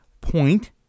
point